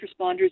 responders